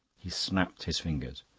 he snapped his fingers.